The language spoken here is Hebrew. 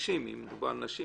הנשים אם מדובר על נשים,